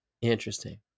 Interesting